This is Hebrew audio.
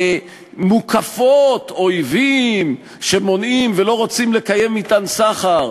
מוקפות אויבים שמונעים ולא רוצים לקיים אתן סחר.